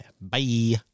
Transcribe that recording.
Bye